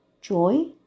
joy